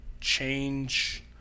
change